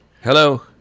Hello